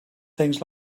things